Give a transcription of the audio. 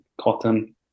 cotton